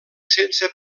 sense